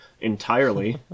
entirely